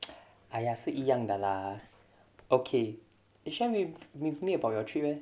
!aiya! 是一样的 lah okay eh share with me about your trip leh